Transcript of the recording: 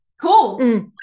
Cool